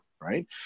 right